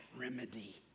remedy